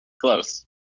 close